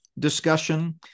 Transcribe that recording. discussion